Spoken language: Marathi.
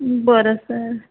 बरं सर